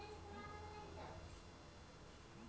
যে লক মধু হ্যবার ছব জিলিস গুলাল দ্যাখে